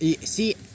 See